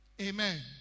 Amen